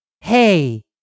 Hey